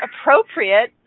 appropriate